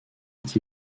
qui